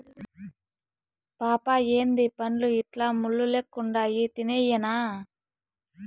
పాపా ఏందీ పండ్లు ఇట్లా ముళ్ళు లెక్కుండాయి తినేయ్యెనా